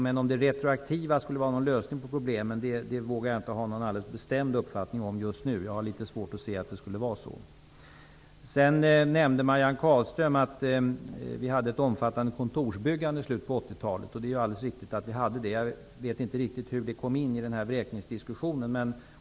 Just nu vågar jag inte ha någon bestämd uppfattning om huruvida retroaktivt bostadsbidrag skulle vara någon lösning på problemen. Jag har litet svårt att se att det skulle vara så. Marianne Carlström nämnde att det var ett omfattande kontorsbyggande i slutet av 80-talet. Jag vet inte riktigt hur det kom in i den här vräkningsdiskussionen, men det stämmer.